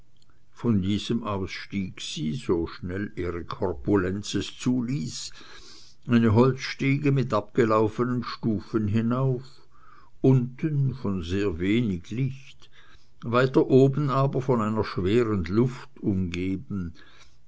von diesem aus stieg sie so schnell ihre korpulenz es zuließ eine holzstiege mit abgelaufenen stufen hinauf unten von sehr wenig licht weiter oben aber von einer schweren luft umgeben